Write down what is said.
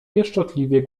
pieszczotliwie